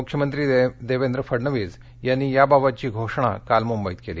मुख्यमंत्री देवेंद्र फडणवीस यांनी याबाबतची घोषणा काल मुंबईत केली